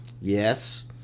yes